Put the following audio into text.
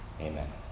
Amen